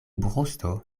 brusto